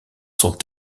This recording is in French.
sont